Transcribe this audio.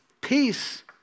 Peace